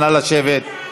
נא לשבת.